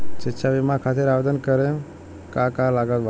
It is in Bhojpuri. शिक्षा बीमा खातिर आवेदन करे म का का लागत बा?